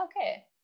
okay